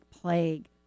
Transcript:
plague